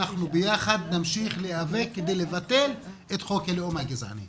אנחנו ביחד נמשיך להיאבק כדי לבטל את חוק הלאום הגזעני.